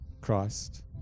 Christ